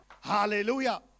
Hallelujah